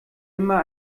immer